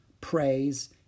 praise